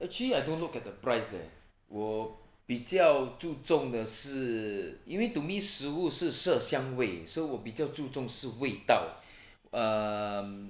actually I don't look at the price leh 我比较注重的是因为 to me 食物是色香味 so 我比较注重是味道 um